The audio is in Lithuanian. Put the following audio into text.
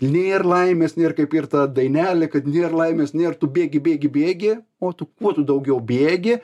nėr laimės nėr kaip ir ta dainelė kad nėr laimės nėr tu bėgi bėgi bėgi o tu kuo tu daugiau bėgi